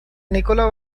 nikola